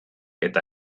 eta